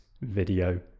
video